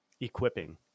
equipping